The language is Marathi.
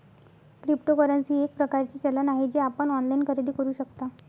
क्रिप्टोकरन्सी हे एक प्रकारचे चलन आहे जे आपण ऑनलाइन खरेदी करू शकता